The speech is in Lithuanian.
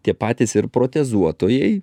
tie patys ir protezuotojai